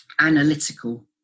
analytical